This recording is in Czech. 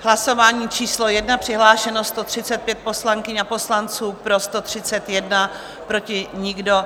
Hlasování číslo 1, přihlášeno 135 poslankyň a poslanců, pro 131, proti nikdo.